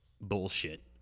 bullshit